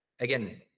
Again